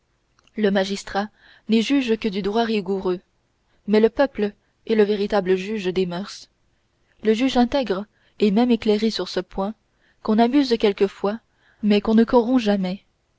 le magistrat n'est juge que du droit rigoureux mais le peuple est le véritable juge des mœurs juge intègre et même éclairé sur ce point qu'on abuse quelquefois mais qu'on ne corrompt jamais